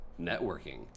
networking